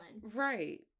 Right